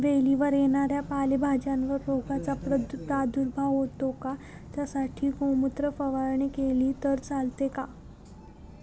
वेलीवर येणाऱ्या पालेभाज्यांवर रोगाचा प्रादुर्भाव होतो का? त्यासाठी गोमूत्र फवारणी केली तर चालते का?